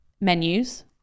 Menus